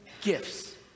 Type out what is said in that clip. gifts